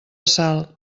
salt